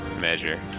Measure